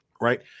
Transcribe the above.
Right